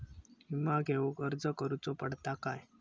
विमा घेउक अर्ज करुचो पडता काय?